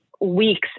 weeks